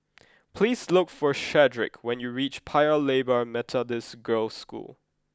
please look for Shedrick when you reach Paya Lebar Methodist Girls' School